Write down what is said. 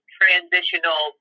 transitional